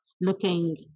looking